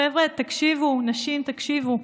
חבר'ה, תקשיבו, נשים, תקשיבו.